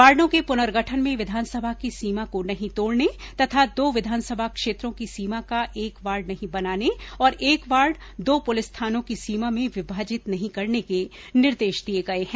वार्डो के पुनर्गठन में विधानसभा की सीमा को नहीं तोड़ने तथा दो विधानसभा क्षेत्रों की सीमा का एक वार्ड नहीं बनाने और एक वार्ड दो प्रलिस थानो की सीमा में विभाजित नहीं करने के निर्देश दिये गये है